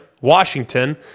Washington